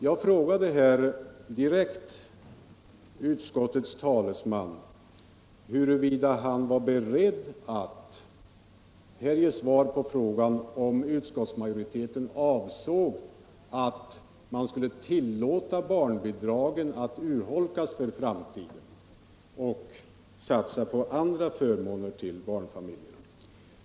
Jag frågade utskottets talesman direkt huruvida han var beredd att här ge svar på frågan om utskottsmajoriteten ansåg att man skulle tillåta barnbidragen att urholkas och i stället satsa på andra förmåner för barnfamiljerna.